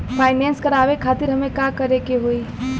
Finance करावे खातिर हमें का करे के होई?